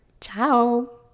Ciao